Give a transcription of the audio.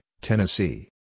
Tennessee